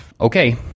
okay